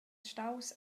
staus